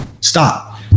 stop